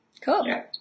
Cool